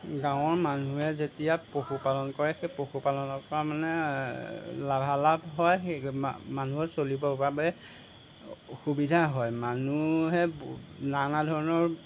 গাঁৱৰ মানুহে যেতিয়া পশুপালন কৰে সেই পশুপালনৰ পৰা মানে লাভালাভ হয়হি মানুহৰ চলিবৰ বাবে অসুবিধা হয় মানুহে নানা ধৰণৰ